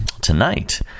tonight